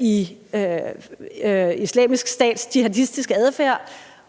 i Islamisk Stats jihadistiske adfærd,